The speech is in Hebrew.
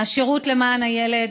מהשירות למען הילד: